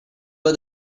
but